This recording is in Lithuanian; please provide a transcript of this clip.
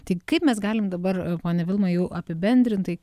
tai kaip mes galim dabar ponia vilma jau apibendrintai